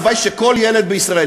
הלוואי שכל ילד בישראל,